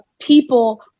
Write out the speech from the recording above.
people